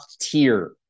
tier